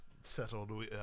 settled